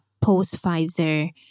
post-Pfizer